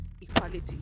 equality